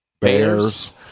Bears